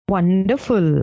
Wonderful